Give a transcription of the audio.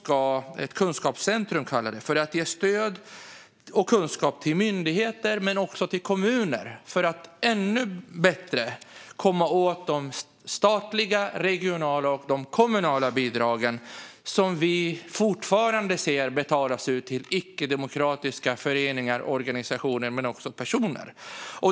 Kunskapscentrumet skulle ge stöd och kunskap till myndigheter men också till kommuner för att de ännu bättre skulle komma åt de statliga, regionala och kommunala bidrag som vi fortfarande ser betalas ut till icke-demokratiska föreningar och organisationer men också personer.